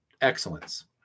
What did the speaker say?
excellence